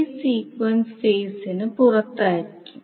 face sequence ഫേസിന് പുറത്തായിരിക്കും